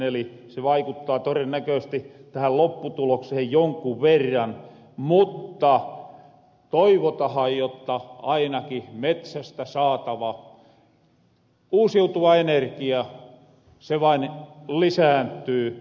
eli se vaikuttaa todennäköisesti tähän lopputuloksehen jonkun verran mutta toivotahan jotta ainakin metsästä saatava uusiutuva energia se vain lisääntyy